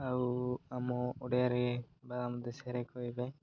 ଆଉ ଆମ ଓଡ଼ିଆରେ ବା ଆମ ଦେଶରେ କହିବେ